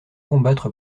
combattre